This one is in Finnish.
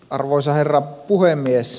arvoisa herra puhemies